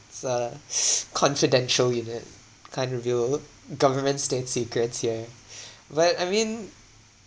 it's a confidential unit can't reveal government state secrets here but I mean